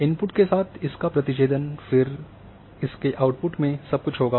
input के साथ इसका प्रतिछेदन फिर इसके आउटपुट में सब कुछ होगा